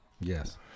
Yes